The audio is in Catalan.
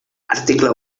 article